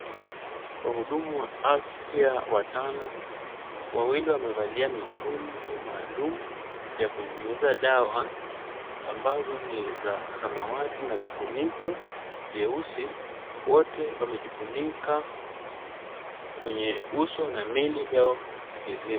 Wahudhumu wa afya watano, wawili wamevalia mitungi maalum ya kunyunyiza dawa ambazo ni za samawati na vifuniko vyeusi, wote wamejifunika kwenye uso na miili yao mzima.